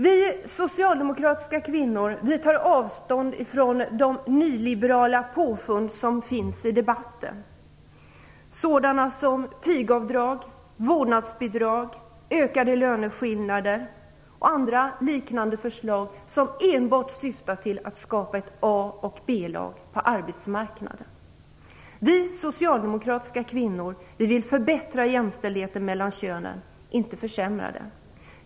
Vi socialdemokratiska kvinnor tar avstånd från de nyliberala påfund som finns i debatten, sådana som pigavdrag, vårdnadsbidrag, ökade löneskillnader och andra liknande förslag som enbart syftar till att skapa ett a och ett b-lag på arbetsmarknaden. Vi socialdemokratiska kvinnor vill förbättra jämställdheten mellan könen, inte försämra den.